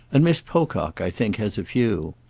and miss pocock, i think, has a few.